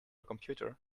computer